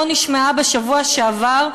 לא נשמעה בשבוע שעבר,